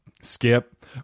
skip